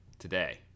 today